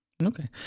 Okay